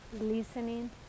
listening